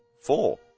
four